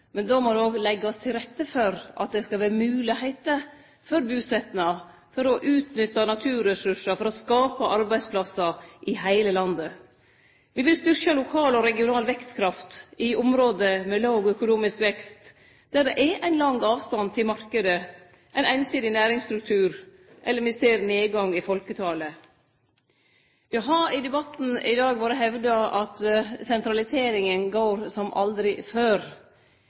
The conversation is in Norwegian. men då må det leggjast til rette for at det skal vere moglegheiter for busetnad, for å utnytte naturressursane og for å skape arbeidsplassar i heile landet. Me vil styrkje lokal og regional vekstkraft i område med låg økonomisk vekst, der det er stor avstand til marknaden, ein einsidig næringsstruktur, eller der me ser nedgang i folketalet. Det har i debatten i dag vore hevda at sentraliseringa går som aldri før.